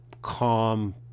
calm